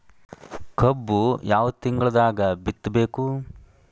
ಕಬ್ಬು ಯಾವ ತಿಂಗಳದಾಗ ಬಿತ್ತಬೇಕು?